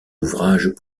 ouvrages